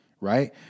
right